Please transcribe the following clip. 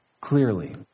clearly